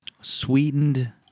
Sweetened